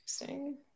Interesting